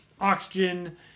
oxygen